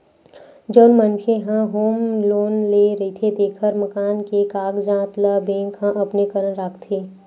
जउन मनखे ह होम लोन ले रहिथे तेखर मकान के कागजात ल बेंक ह अपने करन राखथे